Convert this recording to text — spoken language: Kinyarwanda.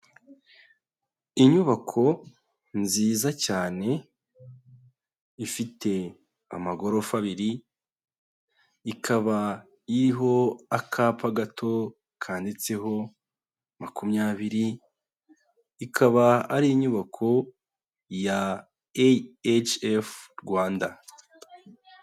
Inyubako nziza cyane ifite amagorofa abiri, ikaba iriho akapa gato kanditseho makumyabiri, ikaba ari inyubako ya AHF Rwanda.